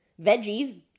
Veggies